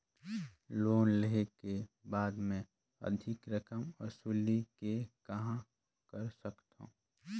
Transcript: Loan लेहे के बाद मे अधिक रकम वसूले के कहां कर सकथव?